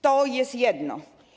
To jest jedno.